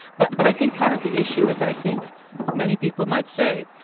but but i think part of the issue is that i think many people might say,